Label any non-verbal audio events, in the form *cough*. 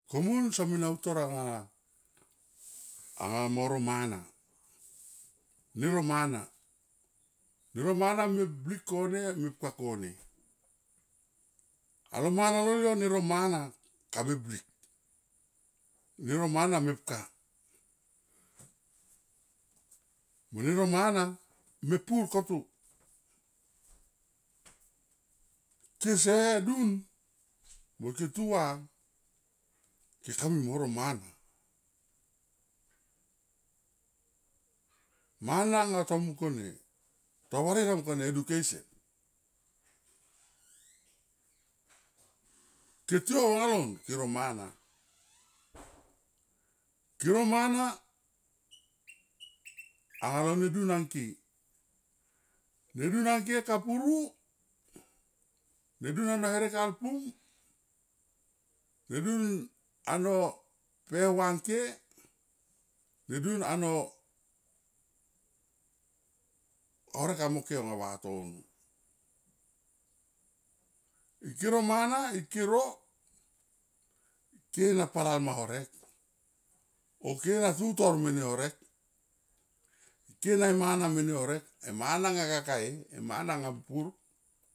Komun somia na utor anga, anga mo ro mana nero mana, nero mana me blik kone mepka kone. Alo mana lol yo ne ro mana ka me blik nero mana mepka mone ro mana me pur koto, *noise* kese dun mo ike tua ke kamui mo ro mana. Mana nga ta mungkone, ta varie komna education *noise* ke tiou anga lon ke ro *noise* mana ke ro mana *noise* anga lo ne dun angke nedun ang ke kapuru, nedun ano here kal pum nedun ano pe hua ngke nedun ano horek amo ke aunga vatano ike ro mana ike ro ike na pa lal ma horek o kena tutor mene horek ike na e mana me ne horek emana nga kakae e mana nga mepur.